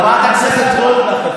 חברת הכנסת, את רוצה שאני אענה לך או לא?